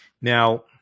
Now